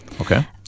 Okay